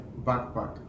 backpack